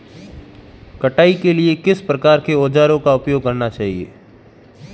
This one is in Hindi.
कटाई के लिए किस प्रकार के औज़ारों का उपयोग करना चाहिए?